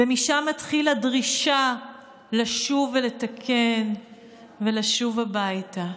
ומשם מתחילה הדרישה לשוב ולתקן ולשוב הביתה.